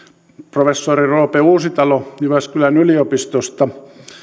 professori roope uusitalo jyväskylän yliopistosta